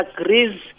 agrees